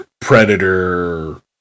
predator